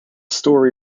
story